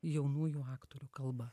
jaunųjų aktorių kalba